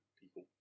people